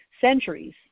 centuries